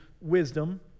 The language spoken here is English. wisdom